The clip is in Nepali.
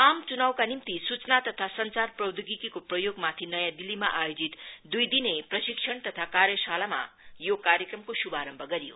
आम च्नावका निम्ति सूचना तथा संचार प्रौधोगिकीको प्रयोग माथि नयाँ दिल्लीमा आयोजित दुई दिने प्रशिक्षण तथा कार्यशालामा यो कार्यक्रमको शुभारम्भ गरियो